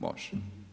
Može.